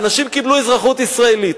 האנשים קיבלו אזרחות ישראלית,